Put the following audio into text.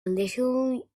little